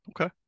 Okay